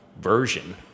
version